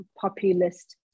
populist